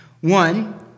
One